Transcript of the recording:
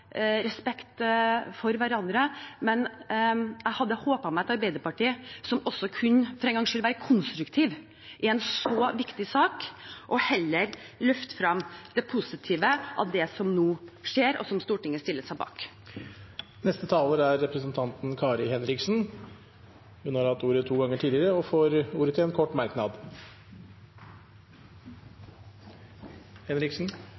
respekt for hverandre. Men jeg hadde håpet at Arbeiderpartiet for en gangs skyld kunne være konstruktiv i en så viktig sak, og heller løfte frem det positive i det som nå skjer, og som Stortinget stiller seg bak. Representanten Kari Henriksen har hatt ordet to ganger tidligere og får ordet til en kort